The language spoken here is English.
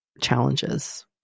challenges